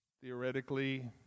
Theoretically